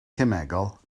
cemegol